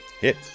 Hit